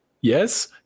Yes